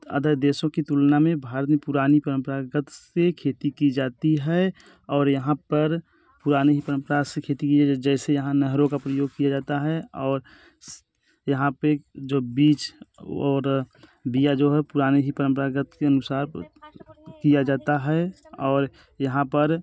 other देशों की तुलना में भारत में पुरानी परंपरागत से खेती की जाती है और यहाँ पर पुरानी ही परंपरा से खेती किया जैसे यहाँ नहरों का प्रयोग किया जाता है और यहाँ पर जो बीज और बिया जो है पुराने ही परंपरागत के अनुसार किया जाता है और यहाँ पर